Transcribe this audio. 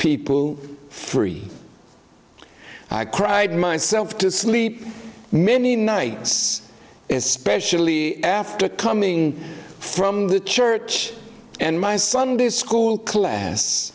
people three i cried myself to sleep many nights especially after coming from the church and my sunday school class